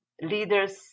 leaders